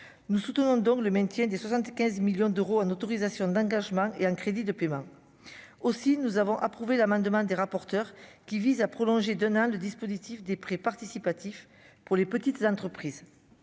nous soutenons donc le maintien des 75 millions d'euros en autorisations d'engagement et en crédits de paiement aussi nous avons approuvé l'amendement des rapporteurs qui vise à prolonger donna le dispositif des prêts participatifs pour les petites entreprises